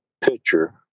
picture